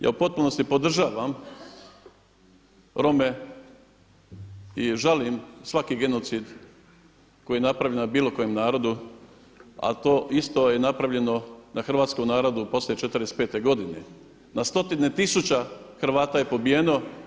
Ja u potpunosti podržavam Rome i žalim svaki genocid koji je napravljen nad bilo kojem narodu, ali to isto je napravljeno na hrvatskom narodu poslije '45. godine na stotine tisuća Hrvata je pobijeno.